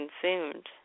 consumed